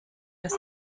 das